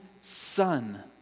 son